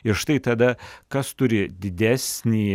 ir štai tada kas turi didesnį